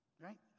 Right